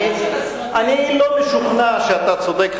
אני לא משוכנע שאתה צודק,